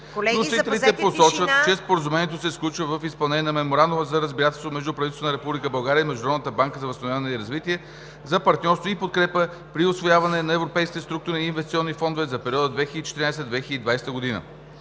Вносителите посочват, че Споразумението се сключва в изпълнение на Меморандума за разбирателство между правителството на Република България и Международната банка за възстановяване и развитие за партньорство и подкрепа при усвояване на европейските структурни и инвестиционни фондове за периода 2014 – 2020 г.